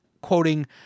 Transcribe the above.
quoting